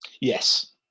yes